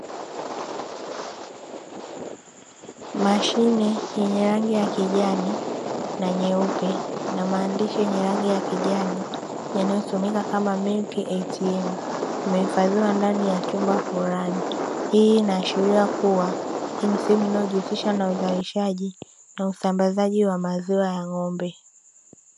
Mashine yenye rangi ya kijani na nyeupe na maandishi yenye rangi ya kijani yanayosomeka kama “MILK ATM” imehifadhiwa ndani ya chumba fulani, hii inaashiria kuwa hii ni sehemu inayojihusisha na uuzaji na usambazaji wa maziwa ya ng’ombe.